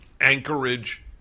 Anchorage